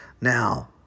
Now